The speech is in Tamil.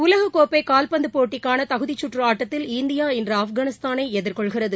உலககோப்பைகால்பந்துபோட்டிக்கானதகுதிசுற்றுஆட்டத்தில் இந்தியா இன்றுஆப்கானிஸ்தானைஎதிர்கொள்கிறது